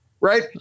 Right